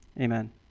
amen